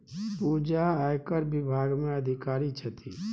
पूजा आयकर विभाग मे अधिकारी छथि